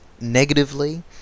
negatively